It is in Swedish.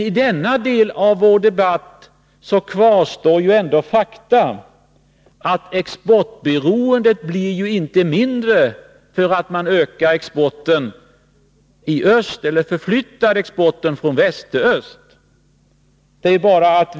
I denna del av vår debatt kvarstår ändå faktum att exportberoendet inte blir mindre därför att man ökar exporten i öst eller förflyttar exporten från väst till öst.